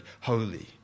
holy